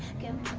give